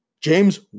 James